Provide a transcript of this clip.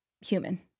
human